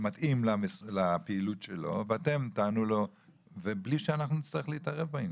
שמתאים לפעילות שלו ואתם תענו לו ובלי שאנחנו נצטרך להתערב בעניין.